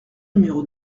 numéro